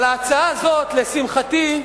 אבל ההצעה הזאת, לשמחתי,